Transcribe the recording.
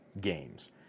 games